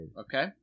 Okay